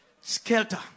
skelter